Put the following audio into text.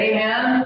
Amen